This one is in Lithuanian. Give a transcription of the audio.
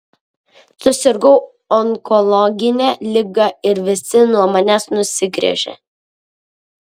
susirgau onkologine liga ir visi nuo manęs nusigręžė